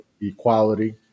equality